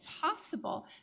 possible